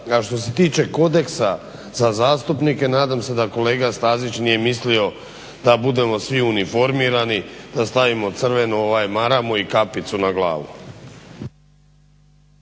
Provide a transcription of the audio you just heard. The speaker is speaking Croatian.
a što se tiče kodeksa za zastupnike, nadam se da kolega Stazić nije misli da budemo svi uniformirani, da stavimo crvenu ovaj maramu i kapicu na glavu.